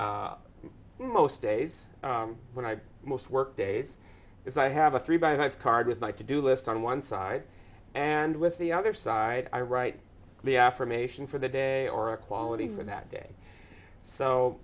do most days when i most work days is i have a three by five card with my to do list on one side and with the other side i write the affirmation for the day or equality for that day so